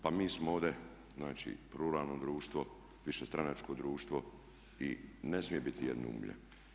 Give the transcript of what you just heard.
Pa mi smo ovdje znači pluralno društvo, višestranačko društvo i ne smije biti jednoumlje.